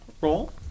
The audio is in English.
roll